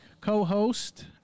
co-host